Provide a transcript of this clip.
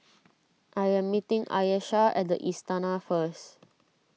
I am meeting Ayesha at the Istana first